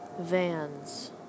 Vans